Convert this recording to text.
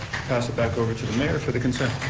pass it back over to the mayor for the consent.